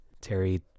Terry